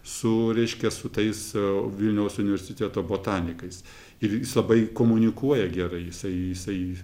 su reiškia su tais vilniaus universiteto botanikais ir jis labai komunikuoja gerai jisai jisai